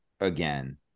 again